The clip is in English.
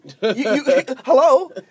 Hello